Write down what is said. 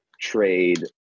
trade